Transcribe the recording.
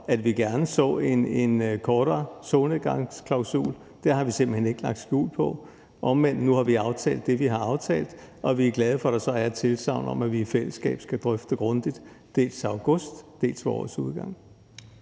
at vi gerne så en kortere solnedgangsklausul. Det har vi simpelt hen ikke lagt skjul på. Omvendt kan man sige, at nu har vi aftalt det, vi har aftalt, og Enhedslisten er glade for, at der så er et tilsagn om, at vi i fællesskab skal drøfte det grundigt, dels til august, dels ved årets udgang.